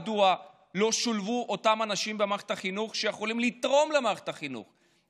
מדוע לא שולבו במערכת החינוך אותם אנשים שיכולים לתרום למערכת החינוך,